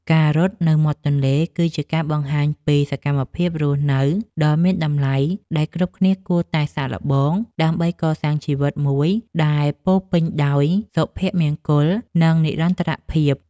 ការរត់នៅមាត់ទន្លេគឺជាការបង្ហាញពី សកម្មភាពរស់នៅដ៏មានតម្លៃ ដែលគ្រប់គ្នាគួរតែសាកល្បង ដើម្បីកសាងជីវិតមួយដែលពោរពេញដោយសុភមង្គល និងនិរន្តរភាព។